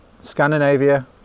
Scandinavia